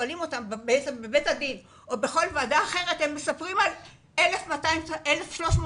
בבתי הדין או בכל ועדה אחרת הם מספרים על 1,300 אחיות,